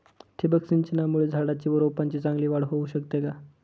ठिबक सिंचनामुळे झाडाची व रोपांची चांगली वाढ होऊ शकते का?